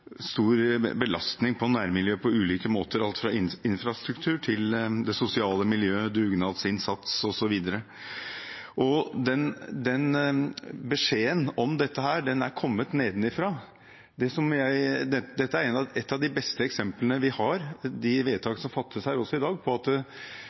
stor belastning på nærmiljøet på ulike måter, på alt fra infrastruktur til det sosiale miljøet, dugnadsinnsats osv. Beskjeden om dette har kommet nedenfra. Dette er et av de beste eksemplene vi har, de vedtak som fattes her i dag, på spørsmål som tas opp av